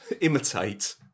imitate